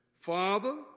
Father